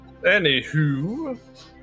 anywho